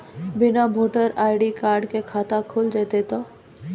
बिना voter ID card के खाता खुल जैते तो?